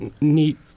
neat